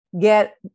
get